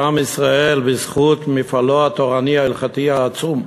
עם ישראל בזכות מפעלו התורני ההלכתי העצום.